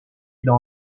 dans